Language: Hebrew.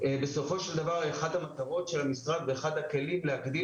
כי אחת המטרות של המשרד ואחד הכלים להגדיל